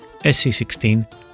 SC16